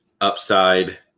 upside